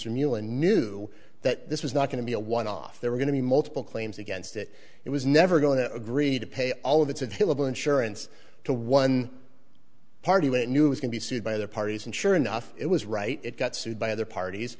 remulla knew that this was not going to be a one off there were going to be multiple claims against it it was never going to agree to pay all of its available insurance to one party news can be sued by the parties and sure enough it was right it got sued by other parties